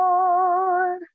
Lord